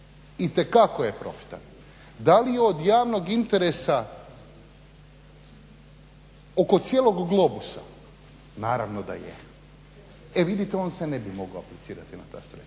itekako je profitan. Da li je od javnog interesa oko cijelog globusa? Naravno da je. E vidite on se ne bi mogao aplicirati na ta sredstva